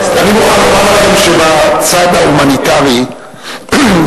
אני מוכרח לומר לכם שבצד ההומניטרי והאנושי,